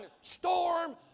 storm